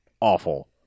awful